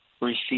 receive